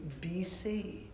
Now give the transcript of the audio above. BC